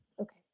Okay